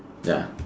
ya